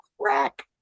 crack